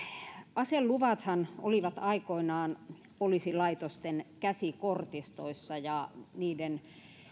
aseluvathan olivat aikoinaan poliisilaitosten käsikortistoissa ja niiden